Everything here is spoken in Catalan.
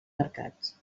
mercats